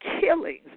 killings